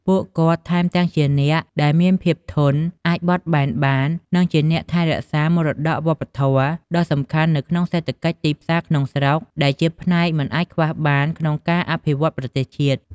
ពួកគេ ថែមទាំងជាអ្នកដែលមានភាពធន់ អាចបត់បែនបាន និងជាអ្នកថែរក្សា មរតកវប្បធម៌ដ៏សំខាន់នៅក្នុងសេដ្ឋកិច្ចទីផ្សារក្នុងស្រុក ដែលជាផ្នែកមិនអាចខ្វះបានក្នុងការអភិវឌ្ឍប្រទេសជាតិ។